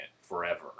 forever